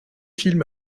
film